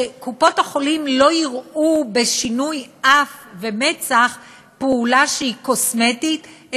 שקופות-החולים לא יראו בשינוי אף ומצח פעולה שהיא קוסמטית,